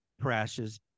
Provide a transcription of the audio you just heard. crashes